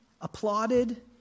applauded